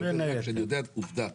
אני אומר עובדה.